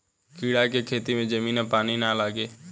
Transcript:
कीड़ा के खेती में जमीन आ पानी ना लागे